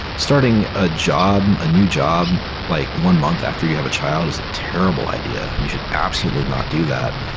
starting a job, a new job like one month after you have a child is a terrible idea. you should absolutely not do that.